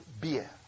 beer